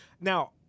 Now